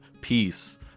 Peace